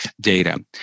data